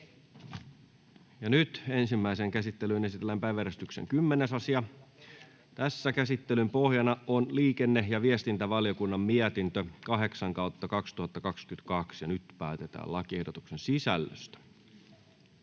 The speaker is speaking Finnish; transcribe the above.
Ensimmäiseen käsittelyyn esitellään päiväjärjestyksen 11. asia. Käsittelyn pohjana on työelämä- ja tasa-arvovaliokunnan mietintö TyVM 7/2022 vp. Nyt päätetään lakiehdotusten sisällöstä.